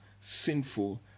sinful